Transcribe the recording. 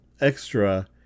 extra